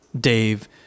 Dave